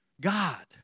God